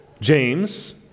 James